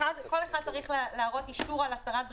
כל אחד צריך להראות אישור על הצהרת בריאות,